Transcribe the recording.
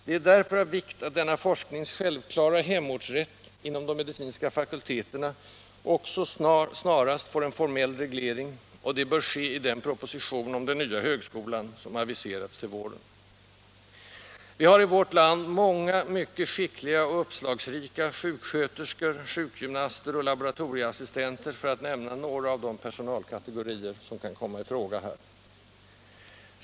Det är därför av vikt att denna forsknings självklara hemortsrätt inom de medicinska fakulteterna också snarast får en formell reglering, och det bör ske i den proposition om den nya högskolan som aviserats till våren. Vi har i vårt land många mycket skickliga och uppslagsrika sjuksköterskor, sjukgymnaster och laboratorieassistenter, för att nämna några av de personalkategorier som här kan komma i fråga.